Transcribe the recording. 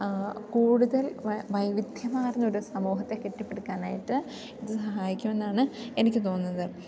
കൂടുതൽ വൈവിധ്യമാർന്ന ഒരു സമൂഹത്തെ കെട്ടിപ്പടുക്കാനായിട്ട് ഇതു സഹായിക്കുമെന്നാണ് എനിക്ക് തോന്നുന്നത്